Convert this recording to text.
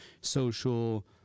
social